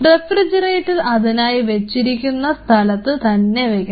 refrigerator അതിനായി വച്ചിരിക്കുന്ന സ്ഥലത്ത് തന്നെ വെക്കണം